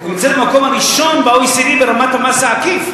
אנחנו נמצאים במקום הראשון ב-OECD ברמת המס העקיף.